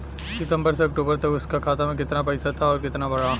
सितंबर से अक्टूबर तक उसका खाता में कीतना पेसा था और कीतना बड़ा?